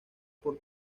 por